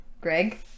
greg